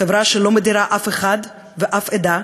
חברה שלא מדירה אף אחד ושום עדה,